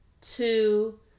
two